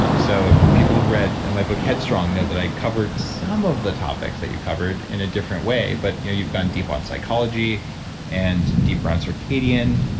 ah so people who've read my book, head strong, know that i covered some of the topics that you covered in a different way, but you've gone deeper on psychology and deeper on circadian.